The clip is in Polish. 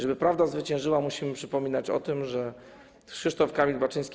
Żeby prawda zwyciężyła, musimy przypominać o tym, że Krzysztof Kamil Baczyński.